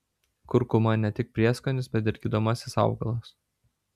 kurkuma ne tik prieskonis bet ir gydomasis augalas